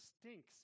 stinks